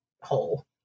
hole